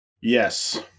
Yes